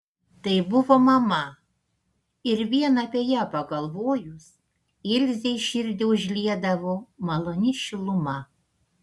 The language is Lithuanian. tai buvo mama ir vien apie ją pagalvojus ilzei širdį užliedavo maloni šiluma